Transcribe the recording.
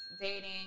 dating